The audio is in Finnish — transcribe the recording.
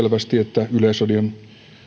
selvästi että yleisradion